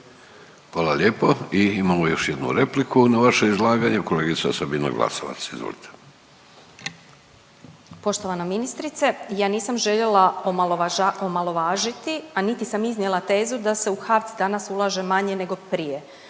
Hvala lijepo. I imamo još jednu repliku na vaše izlaganje, kolegica Sabina Glasovac, izvolite. **Glasovac, Sabina (SDP)** Poštovana ministrice. Ja nisam željela omalovažiti, a niti sam iznijela tezu da se u HAVC danas ulaže manje nego prije.